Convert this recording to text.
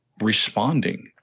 responding